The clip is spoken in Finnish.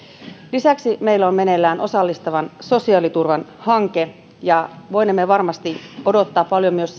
lisäksi meillä on meneillään osallistavan sosiaaliturvan hanke ja voinemme varmasti odottaa paljon myös